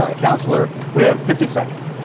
ah counselor. we have fifty seconds.